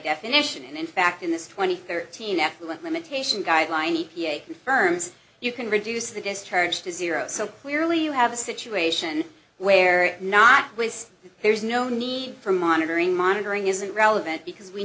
definition and in fact in this twenty thirteen effluent limitation guideline e p a confirms you can reduce the discharge to zero so clearly you have a situation where not with there is no need for monitoring monitoring isn't relevant because we